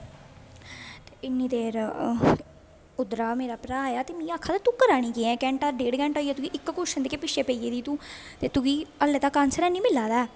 इन्नी देर उद्धरा मेरा भ्राऽ आया ते मिगी आखदा तूं करा'रनी केह् ऐ घैंटा डेड घैंटा होई गेआ तुगी इक कोशन दे गै पिच्छे पेई गेदी ऐ तूं ते तुगी हल्ले तक्कर आनसर नेईं मिला दा ऐ